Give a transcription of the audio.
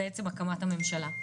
מהקמת הממשלה.